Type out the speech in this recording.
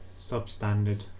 Substandard